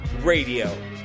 Radio